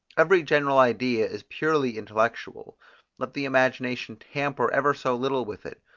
every general idea is purely intellectual let the imagination tamper ever so little with it,